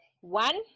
One